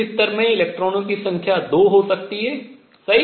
इस स्तर में इलेक्ट्रॉनों की संख्या 2 हो सकती है सही